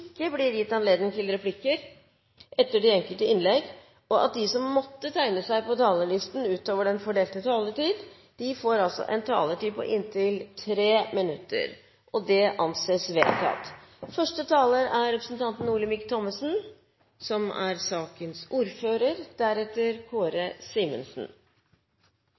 ikke blir gitt anledning til replikker etter de enkelte innlegg, og at de som måtte tegne seg på talerlisten utover den fordelte taletid, får en taletid på inntil 3 minutter. – Det anses vedtatt. Markedsføringsloven § 18 første ledd inneholder en bestemmelse som forbyr kjøpsbetingede konkurranser, og denne bestemmelsen er